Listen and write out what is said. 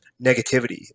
negativity